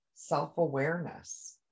self-awareness